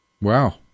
wow